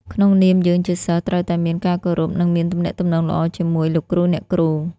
ក្នុងនាមយើងជាសិស្សត្រូវតែមានការគោរពនិងមានទំនាក់ទំនងល្អជាមួយលោកគ្រូអ្នកគ្រូ។